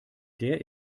der